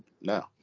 No